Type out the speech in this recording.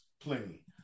plenty